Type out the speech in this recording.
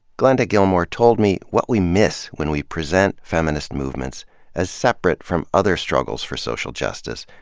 glenda gilmore told me what we miss when we present feminist movements as separate from other struggles for social justice,